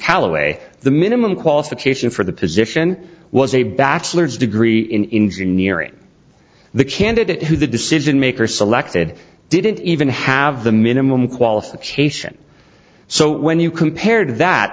callaway the minimum qualification for the position was a bachelor's degree in engineering the candidate who the decision maker selected didn't even have the minimum qualification so when you compared that